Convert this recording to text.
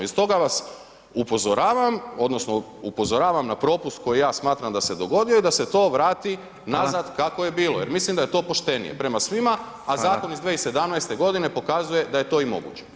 I stoga vas upozoravam odnosno upozoravam na propust koji ja smatram da se dogodio i da se to vrati nazad [[Upadica: Hvala.]] kako je bilo jer mislim da je to poštenije prema svima, a zakon iz 2017. godine pokazuje da je to i moguće.